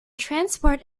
transport